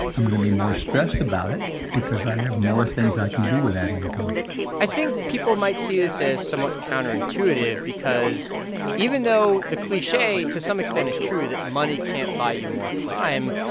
i'm going to be more stressed about it because i have more things i can do with that income i think people might see this as somewhat counterintuitive because even though the cliche, to some extent, is true that money can't buy you more time,